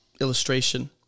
illustration